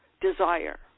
desire